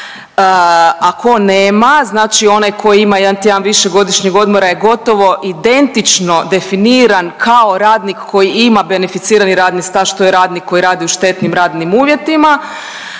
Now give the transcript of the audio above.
tko nema, znači onaj tko ima 1 tjedan više godišnjeg odmora je gotovo identično definiran kao radnik koji ima beneficirani radni staž, to je radnik koji radi u štetnim radnim uvjetima,